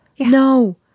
No